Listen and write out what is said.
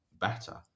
better